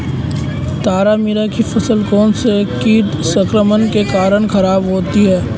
तारामीरा की फसल कौनसे कीट संक्रमण के कारण खराब होती है?